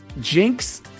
Jinx